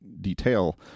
detail